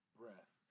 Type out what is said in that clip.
breath